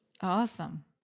Awesome